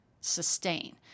sustain